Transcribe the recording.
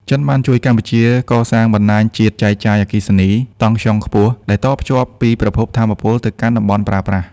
ចិនបានជួយកម្ពុជាកសាងបណ្ដាញជាតិចែកចាយអគ្គិសនីតង់ស្យុងខ្ពស់ ដែលតភ្ជាប់ពីប្រភពថាមពលទៅកាន់តំបន់ប្រើប្រាស់។